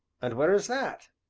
and where is that?